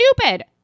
stupid